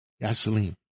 Gasoline